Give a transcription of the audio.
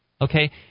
Okay